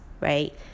right